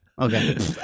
Okay